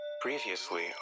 previously